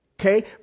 Okay